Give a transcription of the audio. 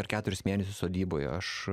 ar keturis mėnesius sodyboje aš